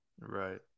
Right